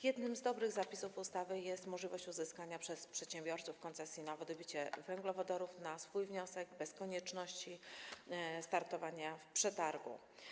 Jeden z dobrych zapisów ustawy dotyczy możliwości uzyskania przez przedsiębiorców koncesji na wydobycie węglowodorów na swój wniosek, bez konieczności startowania w przetargu.